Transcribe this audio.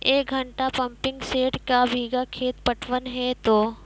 एक घंटा pumping set क्या बीघा खेत पटवन है तो?